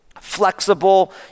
flexible